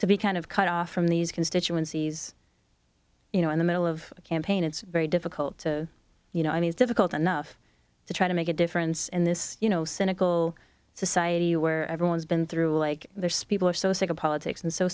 to be kind of cut off from these constituencies you know in the middle of a campaign it's very difficult to you know i mean it's difficult enough to try to make a difference in this you know cynical society where everyone's been through like their spiel are so sick of politics and so